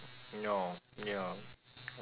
no ya